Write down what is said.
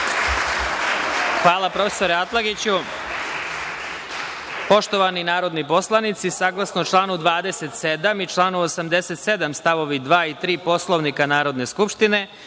Hvala, profesore Atlagiću. Poštovani narodni poslanici, saglasno članu 27. i članu 87. st. 2. i 3. Poslovnika Narodne skupštine,